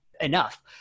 enough